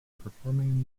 performing